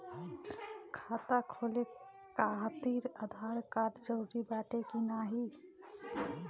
खाता खोले काहतिर आधार कार्ड जरूरी बाटे कि नाहीं?